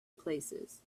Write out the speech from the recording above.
places